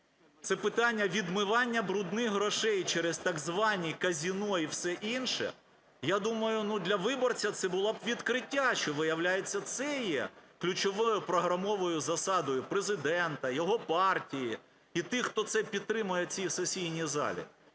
це питання відмивання "брудних" грошей через так звані казино і все інше, – я думаю, для виборця це було б відкриття, що виявляється, це є ключовою програмовою засадою Президента, його партії і тих, хто це підтримує в цій сесійній залі.